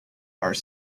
are